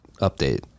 update